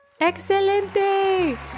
¡Excelente